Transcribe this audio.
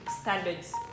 standards